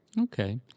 okay